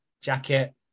jacket